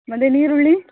ಮತೆ ನೀರುಳ್ಳಿ